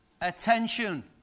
attention